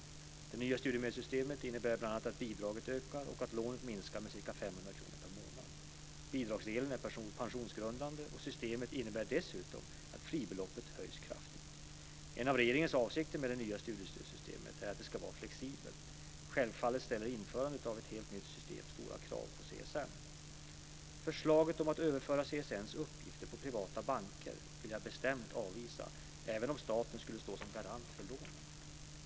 Det nya studiemedelssystemet innebär bl.a. att bidraget ökar och att lånet minskar med ca 500 kr per månad. Bidragsdelen är pensionsgrundande och systemet innebär dessutom att fribeloppet höjs kraftigt. En av regeringens avsikter med det nya studiestödssystemet är att det ska vara flexibelt. Självfallet ställer införandet av ett helt nytt system stora krav på CSN. Förslaget om att överföra CSN:s uppgifter på privata banker vill jag bestämt avvisa, även om staten skulle stå som garant för lånen.